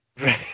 Right